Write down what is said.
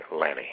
Lanny